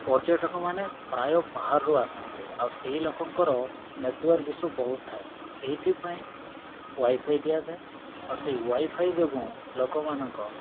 ପର୍ଯ୍ୟଟକମାନେ ପ୍ରାୟ ବାହାରୁ ଆସନ୍ତେ ଆଉ ସେଇ ଲୋକଙ୍କର ନେଟୱାର୍କ୍ ଇସ୍ୟୁ ବହୁତ ଥାଏ ଏଇଥିପାଇଁ ୱାଇଫାଇ ଦିଆଯାଏ ଆଉ ସେଇ ୱାଇଫାଇ ଯୋଗୁଁ ଲୋକମାନଙ୍କ